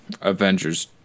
avengers